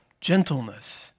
gentleness